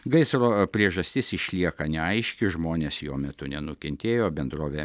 gaisro priežastis išlieka neaiški žmonės jo metu nenukentėjo bendrove